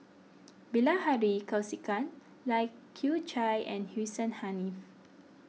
Bilahari Kausikan Lai Kew Chai and Hussein Haniff